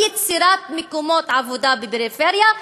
ויצירת מקומות העבודה בפריפריה,